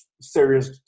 serious